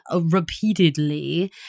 repeatedly